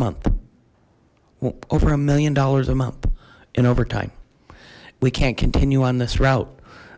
month over a million dollars a month in overtime we can't continue on this route